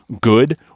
good